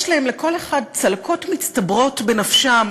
יש להם, לכל אחד, צלקות מצטברות בנפשם.